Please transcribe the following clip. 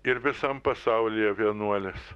ir visam pasaulyje vienuolės